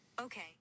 Okay